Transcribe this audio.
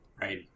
right